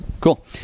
Cool